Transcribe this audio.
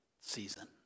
season